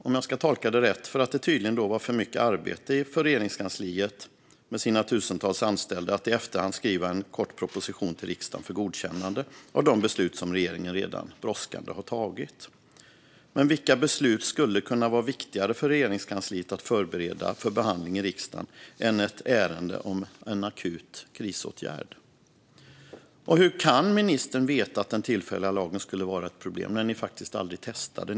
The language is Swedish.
Om jag tolkar det rätt beror detta tydligen på att det var för mycket arbete för Regeringskansliet, med sina tusentals anställda, att i efterhand skriva en kort proposition till riksdagen för godkännande av de beslut som regeringen redan brådskande har fattat. Men vilka beslut skulle kunna vara viktigare för Regeringskansliet att förbereda för behandling i riksdagen än ett ärende om en akut krisåtgärd? Och hur kan ministern veta att den tillfälliga lagen skulle vara ett problem när ni faktiskt aldrig testade?